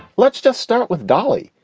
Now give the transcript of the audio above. let's just start with dolly.